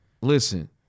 Listen